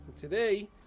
Today